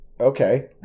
Okay